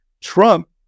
Trump